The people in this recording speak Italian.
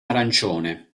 arancione